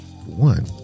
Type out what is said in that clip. One